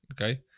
okay